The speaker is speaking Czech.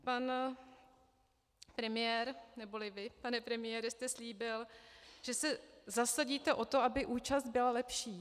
Pan premiér, neboli vy, pane premiére, jste slíbil, že se zasadíte o to, aby účast byla lepší.